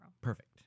Perfect